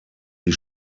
die